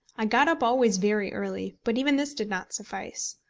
i got up always very early but even this did not suffice.